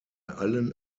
allen